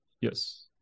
Yes